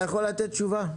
אתה יכול לתת תשובה?